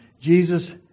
Jesus